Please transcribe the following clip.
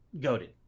goaded